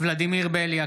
ולדימיר בליאק,